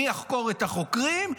מי יחקור את החוקרים,